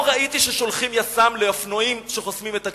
לא ראיתי ששולחים יס"מ לאופנועים שחוסמים את הכביש.